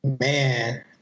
Man